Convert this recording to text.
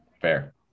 Fair